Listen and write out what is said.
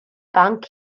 banc